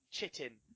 chitin